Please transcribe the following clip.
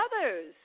others